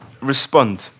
respond